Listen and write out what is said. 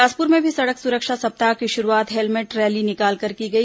बिलासपुर में भी सड़क सुरक्षा सप्ताह की शुरूआत हेलमेट रैली निकालकर की गई